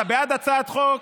אתה בעד הצעת חוק?